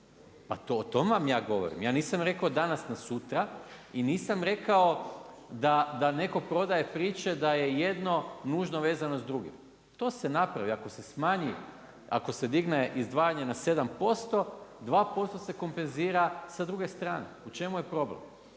Pa to vam ja govorim, ja nisam rekao danas na sutra i nisam rekao da neko prodaje priče da je jedno nužno vezano s drugim. To se napravi. Ako se digne izdvajanje na 7%, 2% se kompenzira sa druge strane. U čemu je problem?